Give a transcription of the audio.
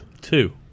Two